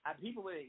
People